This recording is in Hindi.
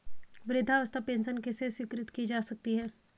वृद्धावस्था पेंशन किसे स्वीकृत की जा सकती है?